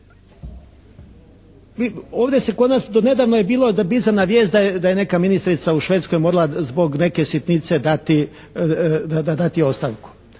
ovdje se kod nas donedavno je bilo da bizarna vijest da je neka ministrica u Švedskoj morala zbog neke sitnice dati ostavku.